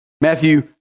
Matthew